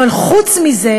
אבל חוץ מזה